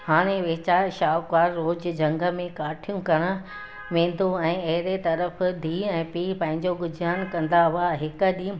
हाणे वेचारो शाहूकारु रोज़ु झंग में काठियूं कटणु वेंदो ऐं अहिड़े तरफ धीअ ऐं पीअ पंहिंजो गुज़रान कंदा हुआ हिकु ॾींहुं